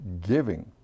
giving